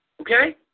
Okay